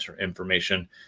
information